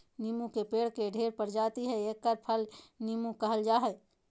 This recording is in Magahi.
नीबू के पेड़ के ढेर प्रजाति हइ एकर फल के नीबू कहल जा हइ